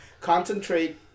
Concentrate